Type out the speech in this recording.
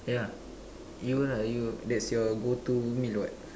yeah you lah you that's your go to meal what